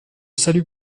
salut